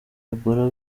ebola